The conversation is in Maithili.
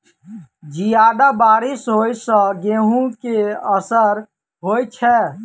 जियादा बारिश होइ सऽ गेंहूँ केँ असर होइ छै?